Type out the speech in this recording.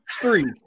three